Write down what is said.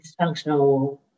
dysfunctional